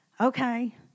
okay